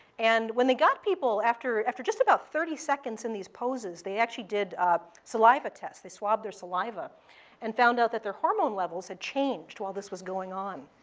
and when they got people after after just about thirty seconds in these poses, they actually did saliva tests. they swabbed their saliva and found out that their hormone levels had changed while this was going on.